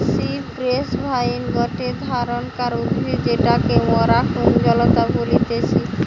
cypress vine গটে ধরণকার উদ্ভিদ যেটাকে মরা কুঞ্জলতা বলতিছে